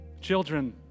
Children